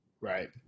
right